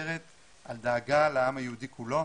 מדברת על דאגה לעם היהודי כולו.